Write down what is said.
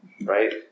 Right